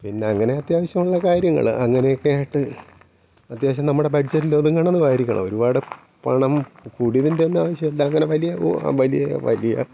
പിന്നങ്ങനെ അത്യാവശ്യമുള്ള കാര്യങ്ങൾ അങ്ങനെയൊക്കെയായിട്ട് അത്യാവശ്യം നമ്മുടെ ബഡ്ജെറ്റിൽ ഒതുങ്ങണത് ആയിരിക്കണം ഒരുപാട് പണം കൂടിയതിൻ്റെയൊന്നും ആവശ്യം ഇല്ല അങ്ങനെ വലിയ വലിയ വലിയ